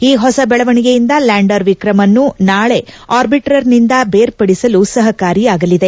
ಈ ಹೊಸ ಬೆಳವಣಿಗೆಯಿಂದ ಲ್ಯಾಂಡರ್ ವಿಕ್ರಮ್ ಅನ್ನು ನಾಳೆ ಆರ್ಬಿಟರ್ನಿಂದ ಬೇರ್ಪಡಿಸಲು ಸಹಕಾರಿಯಾಗಲಿದೆ